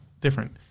different